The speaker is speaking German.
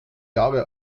jahre